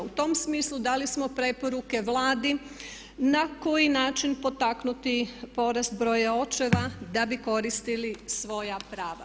U tom smislu dali smo preporuke Vladi na koji način potaknuti porast broja očeva da bi koristili svoja prav.